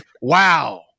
wow